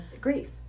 grief